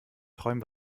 träum